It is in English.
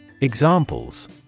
Examples